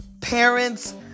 parents